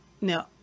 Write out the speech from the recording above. No